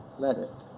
let it.